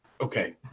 Okay